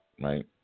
right